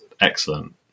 excellent